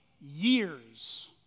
years